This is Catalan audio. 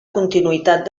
continuïtat